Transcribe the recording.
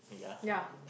yeah